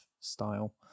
style